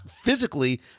physically